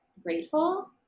grateful